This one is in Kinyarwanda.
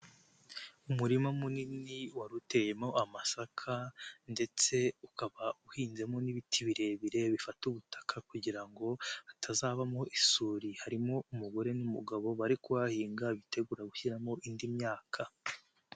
Umurima munini wari uteyemo amasaka ndetse ukaba uhinzemo n'ibiti birebire bifata ubutaka kugira ngo hatazabamo isuri, harimo umugore n'umugabo bari kuhahinga bitegura gushyiramo indi myaka.